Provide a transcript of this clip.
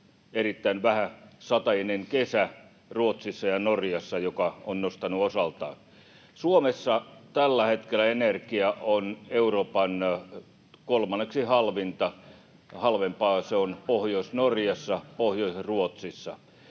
erittäin vähäsateinen kesä Ruotsissa ja Norjassa, mikä on nostanut osaltaan hintaa. Suomessa tällä hetkellä energia on Euroopan kolmanneksi halvinta — halvempaa se on Pohjois-Norjassa ja Pohjois-Ruotsissa.